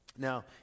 Now